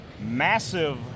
massive